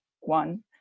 one